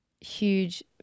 huge